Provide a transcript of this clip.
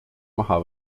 maha